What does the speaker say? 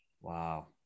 Wow